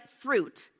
fruit